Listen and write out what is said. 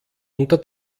unter